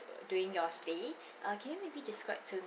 during your stay uh can you maybe describe to